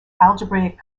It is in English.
algebraic